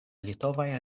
litovaj